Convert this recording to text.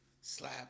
Slap